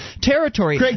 territory